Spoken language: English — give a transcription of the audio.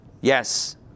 Yes